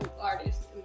artists